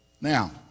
Now